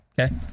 okay